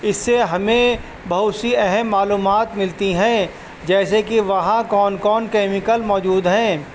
اس سے ہمیں بہت سی اہم معلومات ملتی ہیں جیسے کہ وہاں کون کون کیمیکل موجود ہیں